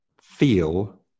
feel